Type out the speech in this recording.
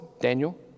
Daniel